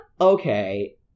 Okay